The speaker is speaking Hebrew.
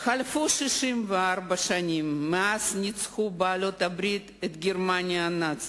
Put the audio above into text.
חלפו 64 שנים מאז ניצחו בעלות-הברית את גרמניה הנאצית,